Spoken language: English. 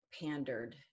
pandered